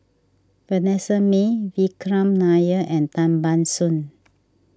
Vanessa Mae Vikram Nair and Tan Ban Soon